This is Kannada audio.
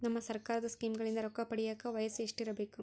ನಮ್ಮ ಸರ್ಕಾರದ ಸ್ಕೀಮ್ಗಳಿಂದ ರೊಕ್ಕ ಪಡಿಯಕ ವಯಸ್ಸು ಎಷ್ಟಿರಬೇಕು?